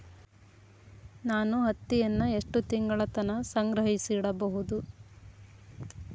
ನಾನು ಹತ್ತಿಯನ್ನ ಎಷ್ಟು ತಿಂಗಳತನ ಸಂಗ್ರಹಿಸಿಡಬಹುದು?